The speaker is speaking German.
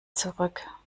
zurück